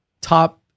top